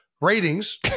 ratings